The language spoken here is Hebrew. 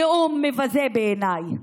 נאום מבזה בעיניי,